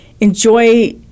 enjoy